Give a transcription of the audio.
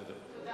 מגיע